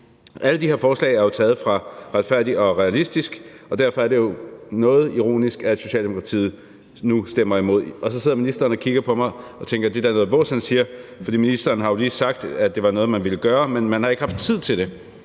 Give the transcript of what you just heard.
Alle de her forslag er taget fra »Retfærdig og realistisk«, og derfor er det jo noget ironisk, at Socialdemokratiet nu stemmer imod. Og så sidder ministeren og kigger på mig og tænker, at det da er noget vås, han siger, for ministeren har jo lige sagt, at det var noget, man ville gøre, men at man ikke har haft tid til det.